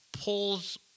pulls